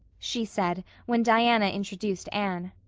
she said, when diana introduced anne.